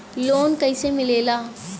Loan कईसे मिलेला?